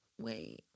Wait